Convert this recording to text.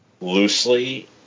loosely